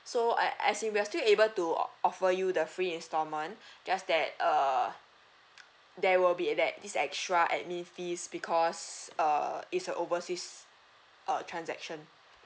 so a~ as in we are still able to o~ offer you the free instalment just that uh there will be that this extra admin fees because uh it's a overseas uh transaction